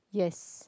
yes